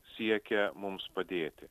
siekia mums padėti